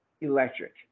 electric